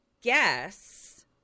guess